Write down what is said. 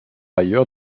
ailleurs